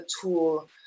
tool